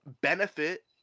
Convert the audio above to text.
benefit